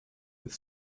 with